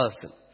person